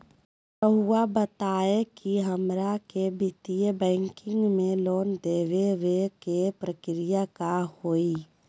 रहुआ बताएं कि हमरा के वित्तीय बैंकिंग में लोन दे बे के प्रक्रिया का होई?